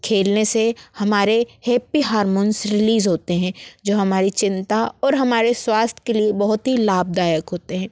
खेलने से हमारे हेप्पी हारमोन्स रिलीज़ होते हैं जो हमारी चिन्ता और हमारे स्वास्थ्य के लिए बहुत ही लाभदायक होते हैं